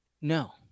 No